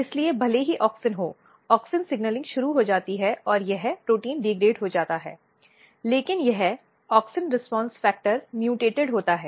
इसलिए भले ही ऑक्सिन हो ऑक्सिन सिग्नलिंग शुरू हो जाती है और यह प्रोटीन डिग्रेड हो जाता है लेकिन यह ऑक्सिन रीस्पॉन्स फ़ैक्टर म्यूटेंट होता है